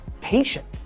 patient